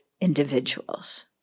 individuals